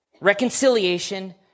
reconciliation